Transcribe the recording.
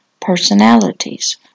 personalities